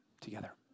together